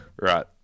Right